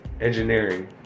engineering